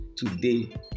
today